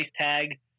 tag